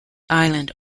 island